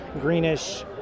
greenish